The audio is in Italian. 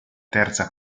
terza